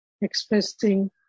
expressing